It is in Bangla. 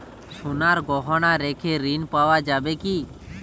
সোনার গহনা রেখে ঋণ পাওয়া যাবে কি?